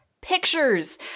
pictures